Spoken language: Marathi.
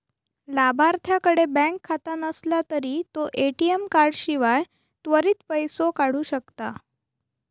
लाभार्थ्याकडे बँक खाता नसला तरी तो ए.टी.एम कार्डाशिवाय त्वरित पैसो काढू शकता